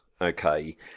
okay